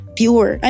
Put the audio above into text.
pure